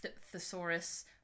thesaurus